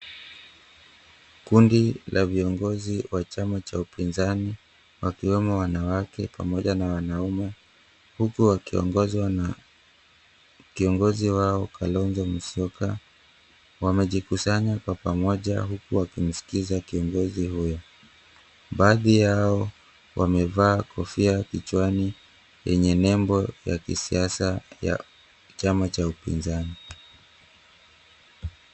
Kundi la viongozi wa chama cha upinzani wakiwemo wanawake pamoja na wanaume huku wakiongozwa na kiongozi wao Kalonzo Musyoka wamejikusanya kwa pamoja huku wamkisikiza kiongozi huo, baadhi yao wamevaa kofia kichwani yenye nembo ya kisiasa ya chama cha upinzani.